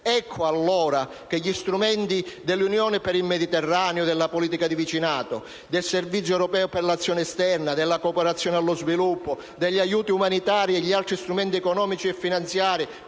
Ecco allora che gli strumenti dell'Unione per il Mediterraneo, della politica di vicinato, del servizio europeo per l'azione esterna, della cooperazione allo sviluppo, degli aiuti umanitari e gli altri strumenti economici e finanziari